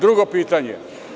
Drugo pitanje.